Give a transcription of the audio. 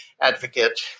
advocate